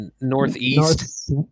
Northeast